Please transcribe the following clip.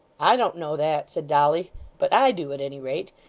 i don't know that said dolly but i do, at any rate.